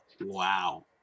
Wow